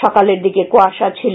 সকালের দিকে কুয়াশা ছিল